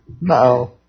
No